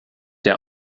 der